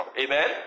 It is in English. Amen